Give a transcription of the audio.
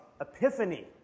Epiphany